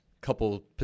couple